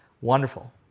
wonderful